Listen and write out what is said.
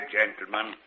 gentlemen